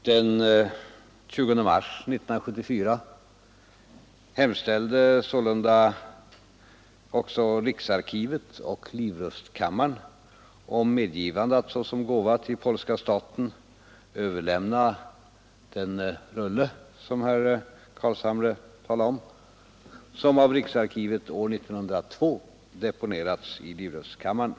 Den 20 mars 1974 hemställde riksarkivet och livrustkammaren om medgivande att såsom gåva till polska staten få överlämna den rulle som herr Carlshamre talar om och som av riksarkivet år 1902 deponerats i livrustkammaren.